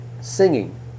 singing